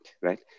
right